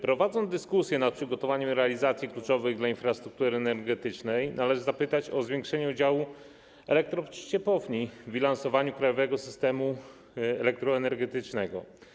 Prowadząc dyskusję nad kwestią przygotowania realizacji kluczowych dla infrastruktury energetycznej, należy zapytać o zwiększenie udziału elektrociepłowni w bilansowaniu krajowego systemu elektroenergetycznego.